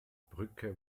brücke